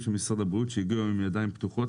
של משרד הבריאות שהגיעו היום עם ידיים פתוחות.